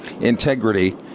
integrity